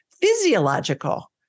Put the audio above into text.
physiological